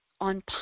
on